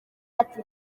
ati